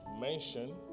mention